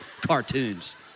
cartoons